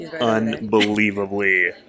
unbelievably